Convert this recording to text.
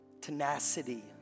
Tenacity